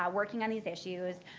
um working on these issues,